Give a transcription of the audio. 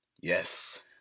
Yes